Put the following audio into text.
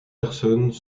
personnes